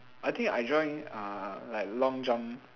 I think I join uh like long jump